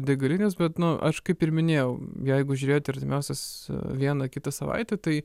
degalinės be nu aš kaip ir minėjau jeigu žiūrėt artimiausias vieną kitą savaitę tai